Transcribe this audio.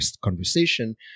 conversation